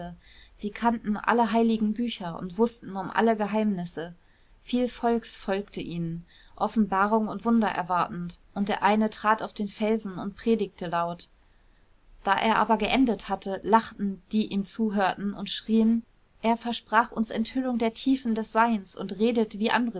sie kannten alle heiligen bücher und wußten um alle geheimnisse viel volks folgte ihnen offenbarung und wunder erwartend und der eine trat auf den felsen und predigte laut da er aber geendet hatte lachten die ihm zuhörten und schrien er versprach uns enthüllung der tiefen des seins und redet wie andere